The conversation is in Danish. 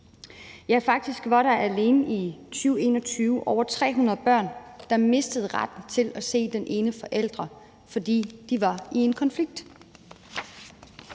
Faktisk var der alene i 2021 over 300 børn, der mistede retten til at se den ene forælder, fordi de var i en konflikt.